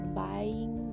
buying